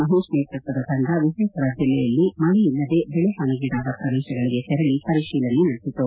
ಮಹೇತ್ ನೇತೃತ್ವದ ತಂಡ ವಿಜಯಪುರ ಜಿಲ್ಲೆಯಲ್ಲಿ ಮಳೆಯಲ್ಲದೆ ದೆಳೆ ಪಾನಿಗೀಡಾದ ಪ್ರದೇಶಗಳಿಗೆ ತೆರಳ ಪರಿಶೀಲನೆ ನಡೆಸಿತು